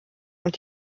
und